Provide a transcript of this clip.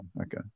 Okay